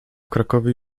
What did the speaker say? krakowie